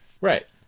Right